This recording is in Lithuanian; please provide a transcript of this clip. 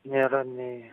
nėra nei